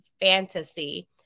fantasy